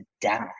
die